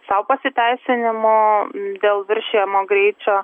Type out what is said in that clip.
sau pasiteisinimo dėl viršijamo greičio